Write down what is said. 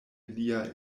lia